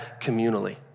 communally